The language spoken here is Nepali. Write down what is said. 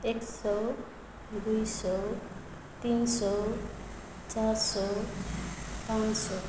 एक सय दुई सय तिन सय चार सय पाँच सय